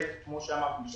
כמו שאמרתי,